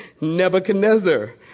Nebuchadnezzar